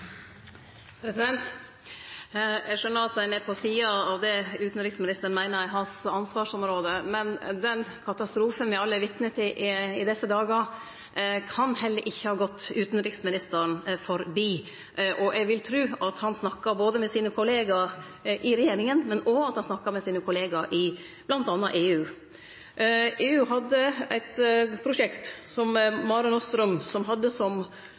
på sida av det utanriksministeren meiner er hans ansvarsområde, men den katastrofen me alle er vitne til i desse dagar, kan heller ikkje ha gått utanriksministeren forbi, og eg vil tru at han snakkar med sine kollegaer i regjeringa, men óg at han snakkar med sine kollegaer i bl.a. EU. EU hadde eit prosjekt, Mare Nostrum, som hadde som